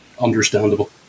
understandable